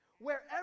wherever